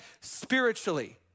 spiritually